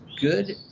good